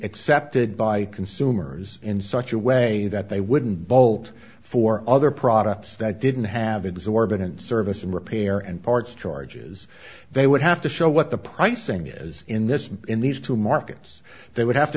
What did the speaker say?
accepted by consumers in such a way that they wouldn't bolt for other products that didn't have exorbitant service and repair and parts charges they would have to show what the pricing is in this in these two markets they would have to